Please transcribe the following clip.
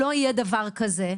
אני אסביר דבר כזה.